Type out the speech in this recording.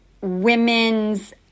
women's